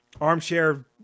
armchair